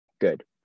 good